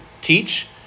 teach